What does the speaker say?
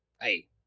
Hey